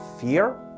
fear